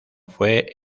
fue